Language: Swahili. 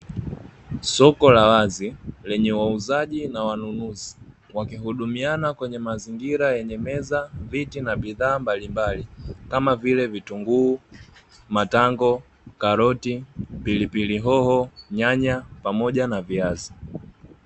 Soko la wazi lenye wauzaji na wanunuzi wakihudumiana kwenye mazingira yenye meza, viti na bidhaa mbalimbali kama vile vitunguu, matango, karoti, pilipili hoho, nyanya, pamoja na viazi.